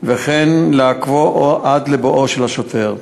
וכן לעכבו או עד לבואו של השוטר.